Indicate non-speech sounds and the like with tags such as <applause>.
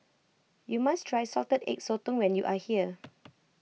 you must try Salted Egg Sotong when you are here <noise>